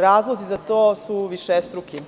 Razlozi za to su višestruki,